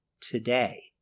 today